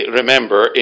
remember